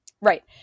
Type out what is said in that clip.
Right